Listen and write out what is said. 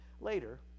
Later